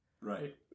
Right